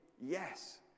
Yes